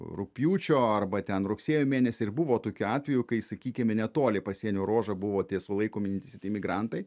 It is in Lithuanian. rugpjūčio arba ten rugsėjo mėnesį ir buvo tokių atvejų kai sakykime netoli pasienio ruožo buvo tie sulaikomi neteisėti imigrantai